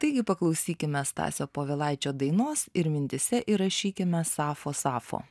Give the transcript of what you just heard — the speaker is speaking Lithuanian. taigi paklausykime stasio povilaičio dainos ir mintyse įrašykime sapfo sapfo